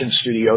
studio